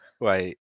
right